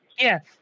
Yes